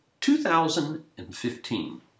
2015